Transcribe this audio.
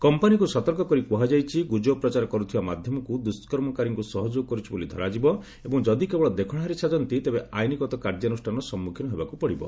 କମ୍ପାନୀକୁ ସତର୍କ କରି କୁହାଯାଇଛି ଗୁଜବ ପ୍ରଚାର କରୁଥିବା ମାଧ୍ୟମକୁ ଦୁଷ୍କର୍ମକାରୀଙ୍କୁ ସହଯୋଗ କରୁଛି ବୋଲି ଧରାଯିବ ଏବଂ ଯଦି କେବଳ ଦେଖଣାହାରୀ ସାଜନ୍ତି ତେବେ ଆଇନ୍ଗତ କାର୍ଯ୍ୟାନୁଷ୍ଠାନର ସମ୍ମୁଖୀନ ହେବାକୁ ପଡ଼ିବ